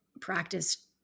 practice